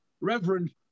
Reverend